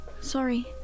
sorry